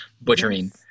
butchering